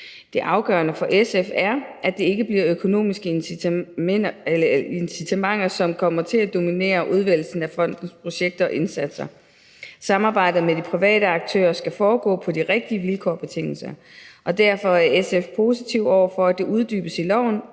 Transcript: Det afgørende for SF er, at det ikke bliver økonomiske incitamenter, som kommer til at dominere udvælgelsen af fondens projekter og indsatser. Samarbejdet med de private aktører skal foregå på de rigtige vilkår og betingelser, og derfor er SF positive over for, at det uddybes i loven,